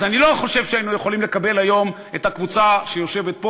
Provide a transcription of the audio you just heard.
אני לא חושב שהיינו יכולים לקבל היום את הקבוצה שיושבת פה,